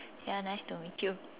ya nice to meet you